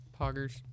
Poggers